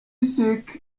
sick